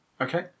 okay